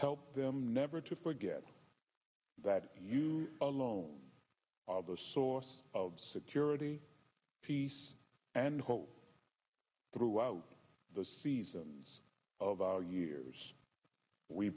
help them never to forget that you alone are the source of security peace and hope throughout the seasons of our years we